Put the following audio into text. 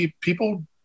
people